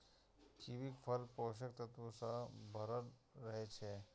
कीवीक फल पोषक तत्व सं भरल रहै छै